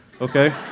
okay